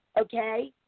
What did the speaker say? okay